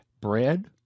bread